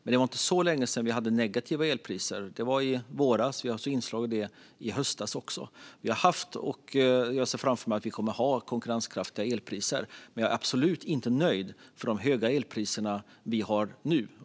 Men det var inte så länge sedan som vi hade negativa elpriser. Det var i våras, och vi hade inslag av det i höstas också. Vi har haft, och jag ser framför mig att vi kommer att ha, konkurrenskraftiga elpriser. Men jag är absolut inte nöjd med de höga elpriser som vi har nu.